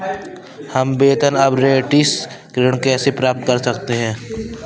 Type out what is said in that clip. हम वेतन अपरेंटिस ऋण कैसे प्राप्त कर सकते हैं?